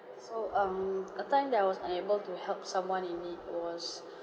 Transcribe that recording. so um a time that I was unable to help someone in need was